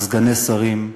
על סגני שרים,